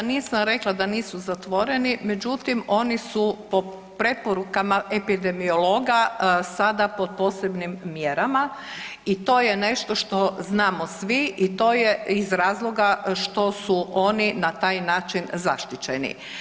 Ja nisam rekla da nisu zatvoreni, međutim oni su po preporukama epidemiologa sada pod posebnim mjerama i to je nešto što znamo svi i to je iz razloga što su oni na taj način zaštićeni.